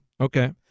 Okay